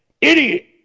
idiot